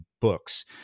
books